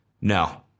no